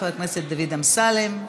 חבר הכנסת דוד אמסלם,